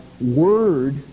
word